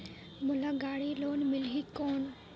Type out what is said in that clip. मोला गाड़ी लोन मिलही कौन?